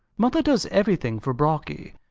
mother does everything for brocky.